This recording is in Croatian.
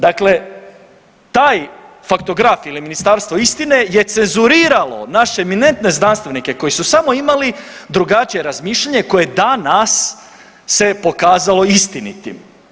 Dakle, taj faktograf ili Ministarstvo istine je cenzuriralo naše eminentne znanstvenike koji su samo imali drugačije razmišljanje koje se danas pokazalo istinitim.